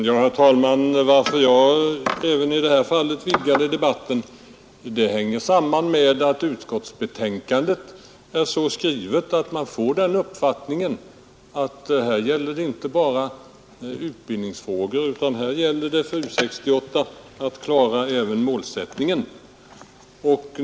Herr talman! Varför jag vidgade debatten sammanhänger med att utskottsbetänkandet är så skrivet att man får den uppfattningen att det här inte bara gäller utbildningsfrågor utan att U 68 också har att klara målsättningen.